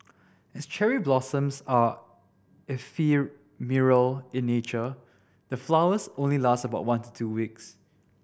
as cherry blossoms are ephemeral in nature the flowers only last about one to two weeks